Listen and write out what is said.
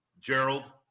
Gerald